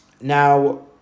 Now